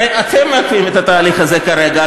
הרי אתם מעכבים את התהליך הזה כרגע,